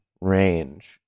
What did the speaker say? range